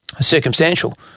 circumstantial